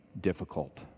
difficult